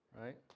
right